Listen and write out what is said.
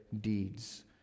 deeds